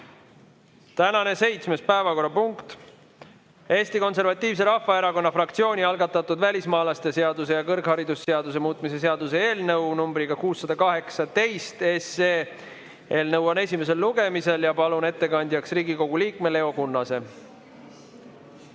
Tänane seitsmes päevakorrapunkt: Eesti Konservatiivse Rahvaerakonna fraktsiooni algatatud välismaalaste seaduse ja kõrgharidusseaduse muutmise seaduse eelnõu 618. See eelnõu on esimesel lugemisel. Palun ettekandjaks Riigikogu liikme Leo Kunnase.